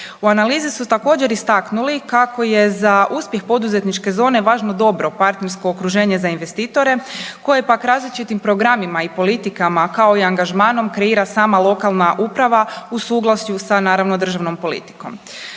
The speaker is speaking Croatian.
U analizi su također istaknuli kako je za uspjeh poduzetničke zone važno dobro partnersko okruženje za investitore koje pak različitim programima i politikama kao i angažmanom kreira sama lokalna uprava u suglasju sa naravno državnom politikom.